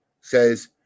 says